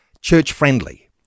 church-friendly